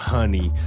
Honey